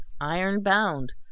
iron-bound